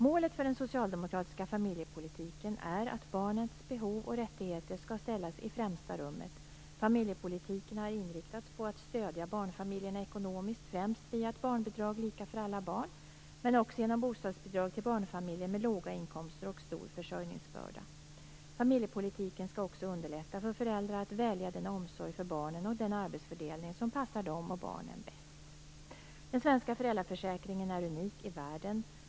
Målet för den socialdemokratiska familjepolitiken är att barnets behov och rättigheter skall ställas i främsta rummet. Familjepolitiken har inriktats på att stödja barnfamiljerna ekonomiskt, främst via ett barnbidrag lika för alla barn men också genom bostadsbidrag till barnfamiljer med låga inkomster och stor försörjningsbörda. Familjepolitiken skall också underlätta för föräldrar att välja den omsorg för barnen och den arbetsfördelning som passar dem och barnen bäst. Den svenska föräldraförsäkringen är unik i världen.